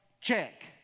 check